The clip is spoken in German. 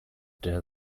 der